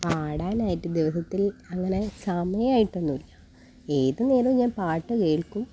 പാടാനായിട്ട് ദിവസത്തിൽ അങ്ങനെ സമയമായിട്ടൊന്നുമില്ല ഏത് നേരവും ഞാൻ പാട്ടു കേൾക്കും